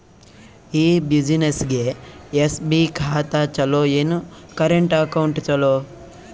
ಈ ಬ್ಯುಸಿನೆಸ್ಗೆ ಎಸ್.ಬಿ ಖಾತ ಚಲೋ ಏನು, ಕರೆಂಟ್ ಅಕೌಂಟ್ ಚಲೋ?